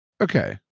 Okay